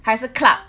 还是 club